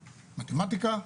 מתמטיקה,